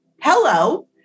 Hello